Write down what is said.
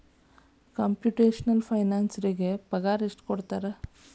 Computational ಫೈನಾನ್ಸರಿಗೆ ಪಗಾರ ಎಷ್ಟ್ ಕೊಡ್ತಾರ?